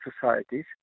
societies